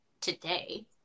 today